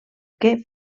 que